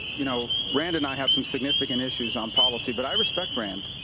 you know, rand and i have some significant issues on policy, but i respect rand.